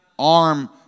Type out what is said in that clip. Arm